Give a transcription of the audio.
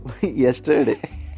yesterday